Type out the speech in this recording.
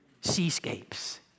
seascapes